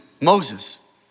Moses